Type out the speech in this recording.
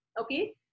Okay